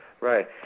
right